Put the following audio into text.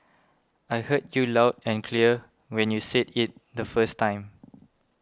I heard you loud and clear when you said it the first time